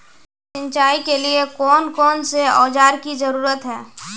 सिंचाई के लिए कौन कौन से औजार की जरूरत है?